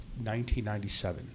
1997